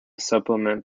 supplement